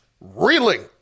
Reeling